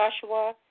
Joshua